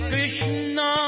Krishna